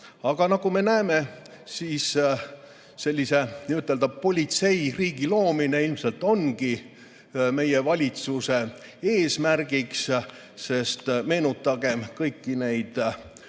Aga nagu me näeme, siis sellise n-ö politseiriigi loomine ilmselt ongi meie valitsuse eesmärk. Meenutagem kõiki neid